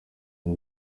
uyu